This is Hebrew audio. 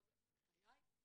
בחיי,